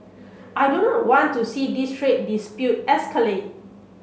I do not want to see this trade dispute escalate